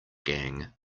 gang